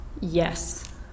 yes